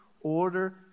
order